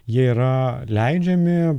jie yra leidžiami